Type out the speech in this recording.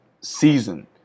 season